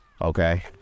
okay